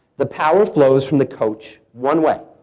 the power flows from the coach, one way.